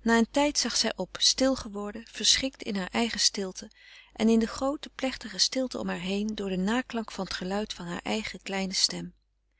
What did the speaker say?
na een tijd zag zij op stil geworden verschrikt in haar eigen stilte en in de groote plechtige stilte om haar heen door den naklank van t geluid van haar eigen kleine stem